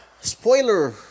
spoiler